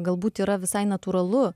galbūt yra visai natūralu